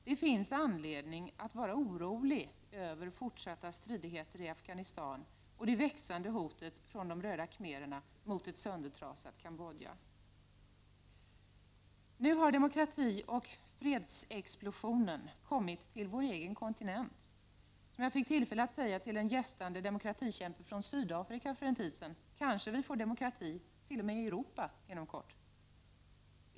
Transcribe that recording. Det finns anledning att vara orolig över fortsatta stridigheter i Afghanistan och det växande hotet från de röda khmererna mot ett söndertrasat Cambodja. Nu har demokratioch fredsexplosionen kommit till vår egen kontinent. För en tid sedan fick jag tillfälle att säga till en gästande demokratikämpe från Sydafrika: Kanske vi får demokrati t.o.m. i Europa inom kort!